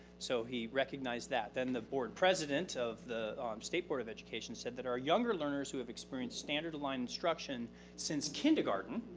so he recognized that. then the board president of the state board of education said that our younger learners who have experienced standard aligned instruction since kindergarten,